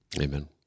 Amen